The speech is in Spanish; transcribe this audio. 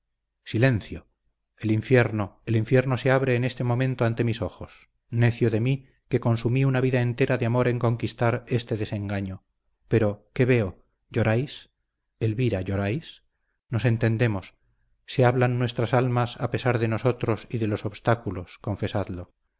silencio el infierno el infierno se abre en este momento ante mis ojos necio de mí que consumí una vida entera de amor en conquistar este desengaño pero qué veo lloráis elvira lloráis nos entendemos se hablan nuestras almas a pesar de nosotros y de los obstáculos confesadlo